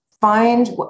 find